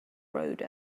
wrote